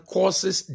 Causes